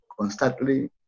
constantly